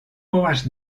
povas